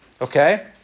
okay